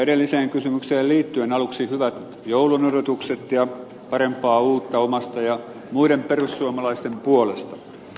edelliseen kysymykseen liittyen aluksi hyvät joulun odotukset ja parempaa uutta vuotta omasta ja muiden perussuomalaisten puolesta